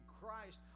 Christ